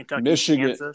michigan